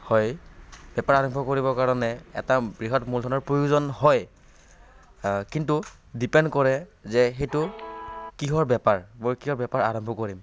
হয় বেপাৰ আৰম্ভ কৰিবৰ কাৰণে এটা বৃহৎ মূলধনৰ প্ৰয়োজন হয় কিন্তু ডিপেণ্ড কৰে যে সেইটো কিহৰ বেপাৰ মই কিহৰ বেপাৰ আৰম্ভ কৰিম